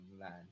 land